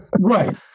right